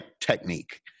technique